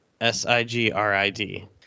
S-I-G-R-I-D